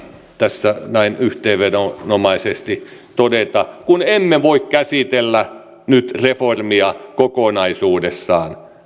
tässä yhteenvedonomaisesti todeta kun emme voi käsitellä nyt reformia kokonaisuudessaan